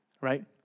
right